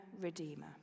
redeemer